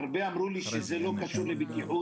הרבה אמרו לי שזה לא קשור לבטיחות.